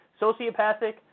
sociopathic